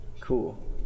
Cool